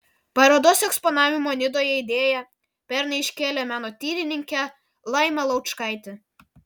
parodos eksponavimo nidoje idėją pernai iškėlė menotyrininkė laima laučkaitė